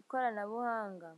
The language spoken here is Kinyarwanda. ikoranabuhanga.